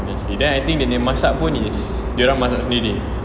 then I think dia nya masak pun is dorang masak sendiri